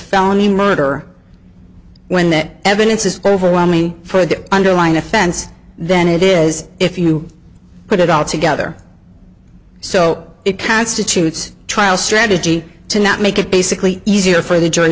felony murder when that evidence is overwhelming for the underlying offense than it is if you put it all together so it constitutes a trial strategy to not make it basically easier for the j